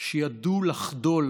שידעו לחדול